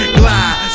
glide